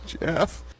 Jeff